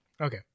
Okay